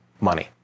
money